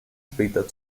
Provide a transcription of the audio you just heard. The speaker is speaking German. später